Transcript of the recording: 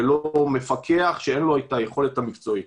גם לא מפקח שאין לו את היכולת המקצועית.